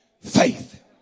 faith